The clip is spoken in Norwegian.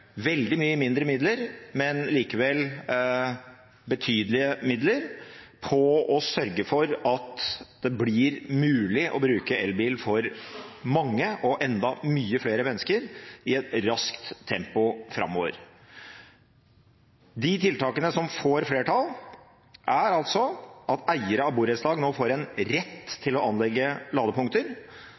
veldig mye mindre – men likevel betydelige – midler på å sørge for at det blir mulig å bruke elbil for mange flere mennesker i raskt tempo framover. De tiltakene som får flertall, er for det første at eiere av borettslag nå får en rett til å anlegge ladepunkter.